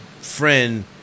friend